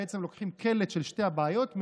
בעצם לוקחים קלט של שתי הבעיות,